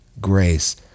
grace